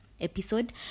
episode